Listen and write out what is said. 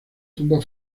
tumba